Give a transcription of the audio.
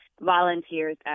volunteers